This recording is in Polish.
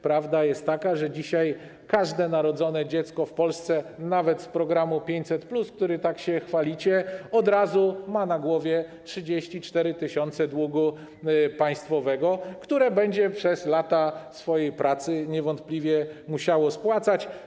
Prawda jest taka, że dzisiaj każde dziecko narodzone w Polsce, także z programu 500+, którym tak się chwalicie, od razu ma na głowie 34 tys. długu państwowego, który będzie przez lata swojej pracy niewątpliwie musiało spłacać.